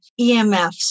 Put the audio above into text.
EMFs